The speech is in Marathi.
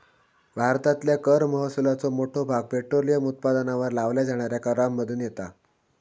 भारतातल्या कर महसुलाचो मोठो भाग पेट्रोलियम उत्पादनांवर लावल्या जाणाऱ्या करांमधुन येता